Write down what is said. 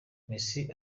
messi